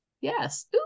Yes